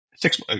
Six –